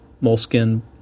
moleskin